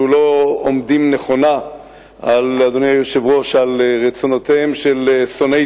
אנחנו לא עומדים נכונה על רצונותיהם של שונאי